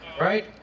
Right